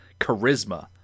charisma